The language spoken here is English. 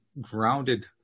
grounded